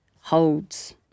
holds